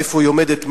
איפה היא עומדת,